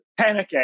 panicking